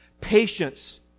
patience